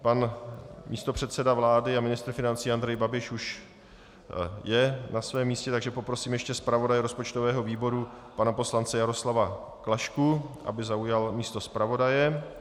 Pan místopředseda vlády a ministr financí Andrej Babiš už je na svém místě, takže poprosím ještě zpravodaje rozpočtového výboru pana poslance Jaroslava Klašku, aby zaujal místo zpravodaje.